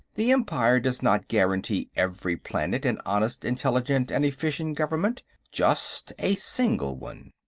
the empire does not guarantee every planet an honest, intelligent and efficient government just a single one.